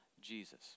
Jesus